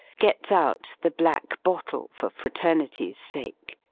gets out the black bottle for fraternity's sake.